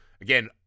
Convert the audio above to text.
again